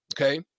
okay